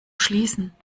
schließen